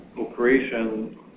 operation